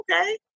okay